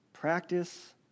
Practice